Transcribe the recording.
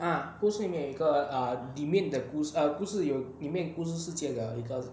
ah 不是每个 err 里面的故 err 不是有里面故事世界的一个